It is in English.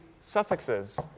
suffixes